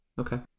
Okay